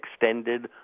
extended